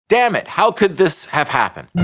dammit, how could this have happened?